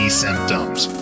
symptoms